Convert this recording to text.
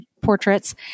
portraits